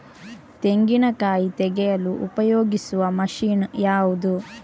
ತೆಂಗಿನಕಾಯಿ ತೆಗೆಯಲು ಉಪಯೋಗಿಸುವ ಮಷೀನ್ ಯಾವುದು?